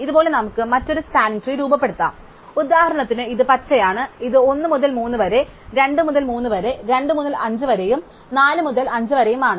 ഇതുപോലെ നമുക്ക് മറ്റൊരു സ്പാനിംഗ് ട്രീ രൂപപ്പെടുത്താം ഉദാഹരണത്തിന് ഇത് പച്ചയാണ് ഇത് 1 മുതൽ 3 വരെ 2 മുതൽ 3 വരെ 2 മുതൽ 5 വരെയും 4 മുതൽ 5 വരെയുമാണ്